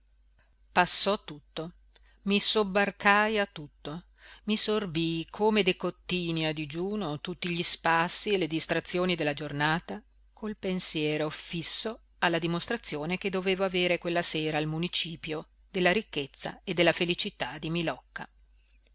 passò tutto mi sobbarcai a tutto mi sorbii come decottini a digiuno tutti gli spassi e le distrazioni della giornata col pensiero fisso alla dimostrazione che dovevo avere quella sera al municipio della ricchezza e della felicità di milocca